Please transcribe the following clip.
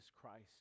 Christ